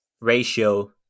ratio